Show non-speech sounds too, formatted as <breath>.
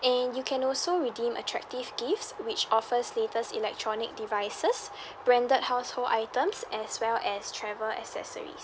and you can also redeem attractive gifts which offers latest electronic devices <breath> branded household items as well as travel accessories